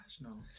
No